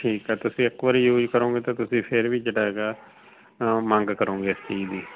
ਠੀਕ ਹੈ ਤੁਸੀਂ ਇੱਕ ਵਾਰੀ ਯੂਜ ਕਰੋਗੇ ਤਾਂ ਤੁਸੀਂ ਫਿਰ ਵੀ ਜਿਹੜਾ ਹੈਗਾ ਮੰਗ ਕਰੋਗੇ ਇਸ ਚੀਜ਼ ਦੀ